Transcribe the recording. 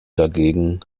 dagegen